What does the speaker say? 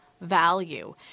value